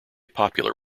popular